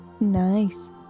Nice